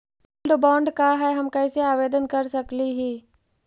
Gold bond का है, हम कैसे आवेदन कर सकली ही?